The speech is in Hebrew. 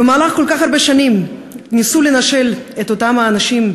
במהלך כל כך הרבה שנים ניסו לנשל את אותם האנשים,